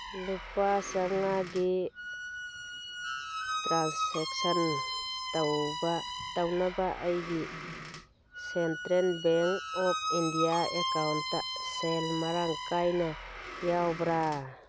ꯂꯨꯄꯥ ꯆꯉꯥꯒꯤ ꯇ꯭ꯔꯥꯟꯁꯦꯛꯁꯟ ꯇꯧꯅꯕ ꯑꯩꯒꯤ central bank of India account ꯁꯦꯜ ꯃꯔꯥꯡ ꯀꯥꯏꯅ ꯌꯥꯎꯕ꯭ꯔ